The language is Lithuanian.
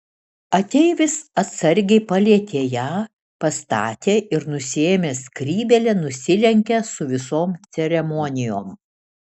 ateivis atsargiai palietė ją pastatė ir nusiėmęs skrybėlę nusilenkė su visom ceremonijom